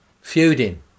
feuding